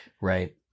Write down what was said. Right